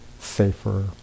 safer